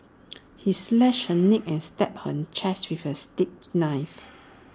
he slashed her neck and stabbed her chest with A steak knife